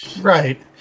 right